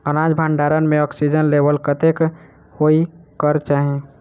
अनाज भण्डारण म ऑक्सीजन लेवल कतेक होइ कऽ चाहि?